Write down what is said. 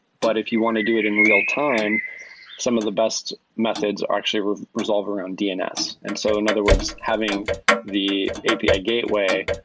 but if you want to do it in real-time, some of the best methods actually resolve around dns and so in other words, having the api gateway,